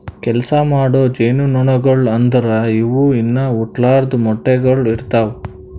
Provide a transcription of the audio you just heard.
ಕೆಲಸ ಮಾಡೋ ಜೇನುನೊಣಗೊಳು ಅಂದುರ್ ಇವು ಇನಾ ಹುಟ್ಲಾರ್ದು ಮೊಟ್ಟೆಗೊಳ್ ಇಡ್ತಾವ್